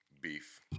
beef